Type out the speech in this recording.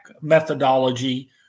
methodology